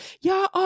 y'all